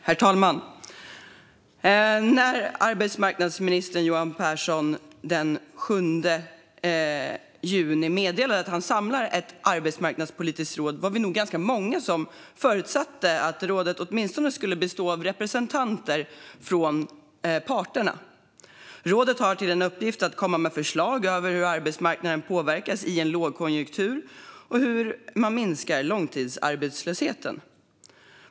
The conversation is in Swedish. Herr talman! När arbetsmarknadsminister Johan Pehrson den 7 juni meddelade att han samlar ett arbetsmarknadspolitiskt råd var vi nog ganska många som förutsatte att rådet skulle bestå av representanter från parterna. Rådet har till uppgift att komma med förslag på hur arbetsmarknaden påverkas i en lågkonjunktur och hur man minskar långtidsarbetslösheten.